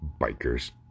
Bikers